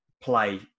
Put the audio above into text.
play